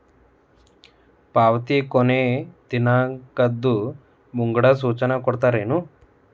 ಪಾವತಿ ಕೊನೆ ದಿನಾಂಕದ್ದು ಮುಂಗಡ ಸೂಚನಾ ಕೊಡ್ತೇರೇನು?